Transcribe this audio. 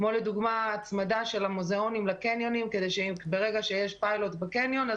כמו לדוגמא הצמדה של המוזיאונים לקניונים כדי שברגע שיש פיילוט בקניון,